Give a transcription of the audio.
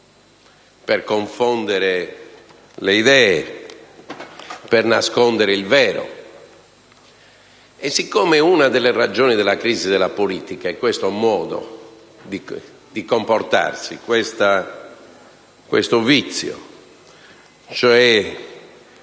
per confondere le idee, per nascondere il vero; e siccome una delle ragioni della crisi della politica è questo modo di comportarsi, questo vizio, cioè,